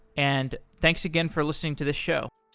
and thanks again for listening to this show